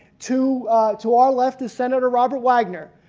to to our left is senator robert wagner.